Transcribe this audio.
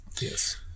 yes